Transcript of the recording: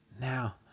Now